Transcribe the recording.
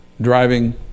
driving